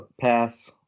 pass